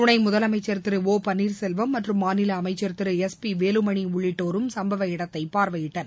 துணை முதலமைச்சர் திரு ஒ பன்னீர்செல்வம் மற்றும் மாநில அமைச்சர் திரு எஸ் பி வேலுமணி உள்ளிட்டோரும் சம்பவ இடத்தை பார்வையிட்டனர்